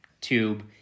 tube